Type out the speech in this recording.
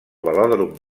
velòdrom